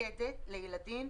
מתמקדת לילדים,